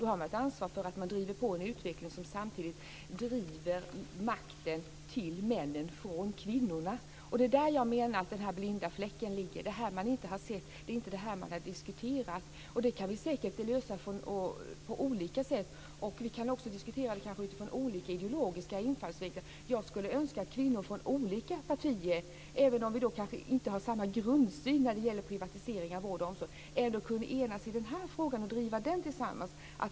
Då har man ansvar för att utvecklingen drivs åt att ge makt till männen från kvinnorna. Här menar jag att den blinda fläcken ligger. Det är inte det här som har diskuterats. Detta kan säkert belysas på olika sätt och kan diskuteras utifrån olika ideologiska infallsvinklar. Jag skulle önska att kvinnor från olika partier - även om vi inte har samma grundsyn när det gäller privatisering av vård och omsorg - kunde enas i denna fråga och driva den tillsammans.